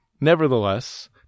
Nevertheless